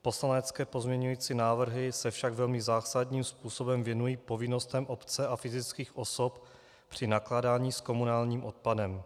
Poslanecké pozměňovací návrhy se však velmi zásadním způsobem věnují povinnostem obce a fyzických osob při nakládání s komunálním odpadem.